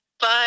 Bye